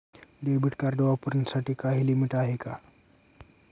Debit card वापरण्यासाठी काही limit आहे का?